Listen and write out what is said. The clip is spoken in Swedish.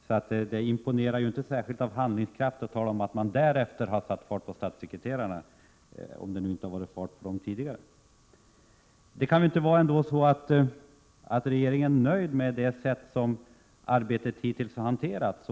Beträffande handlingskraften vill jag framhålla att det inte imponerar särskilt mycket att höra att man efter nämnda session har satt fart på statssekreterarna — man kan fråga sig hur det har varit med den här saken tidigare. Det kan ju inte vara så, att regeringen är nöjd med det sätt på vilket arbetet hittills har skötts.